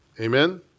Amen